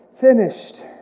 finished